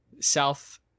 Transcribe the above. south